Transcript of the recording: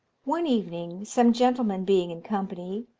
one evening, some gentlemen being in company,